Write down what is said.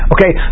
Okay